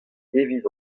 evit